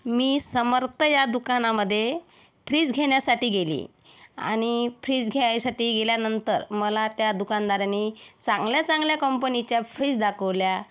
मी समर्थ या दुकानामध्ये फ्रीज घेण्यासाठी गेली आणि फ्रीज घ्यायसाठी गेल्यानंतर मला त्या दुकानदाराने चांगल्या चांगल्या कंपनीच्या फ्रीज दाखवल्या